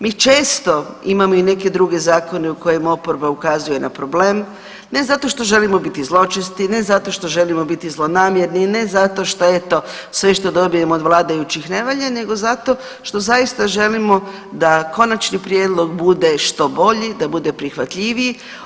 Mi često imamo i neke druge zakone u kojima oporba ukazuje na problem ne zato što želimo biti zločesti, ne zato što želimo biti zlonamjerni, ne zato što eto što dobijemo od vladajućih ne valja, nego zato što zaista želimo da konačni prijedlog bude što bolji, da bude prihvatljiviji.